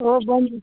ओ बनि